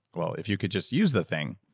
well, if you could just use the thing.